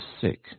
sick